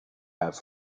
have